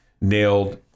nailed